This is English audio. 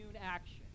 action